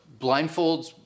blindfolds